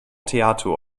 theato